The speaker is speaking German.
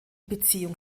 beziehung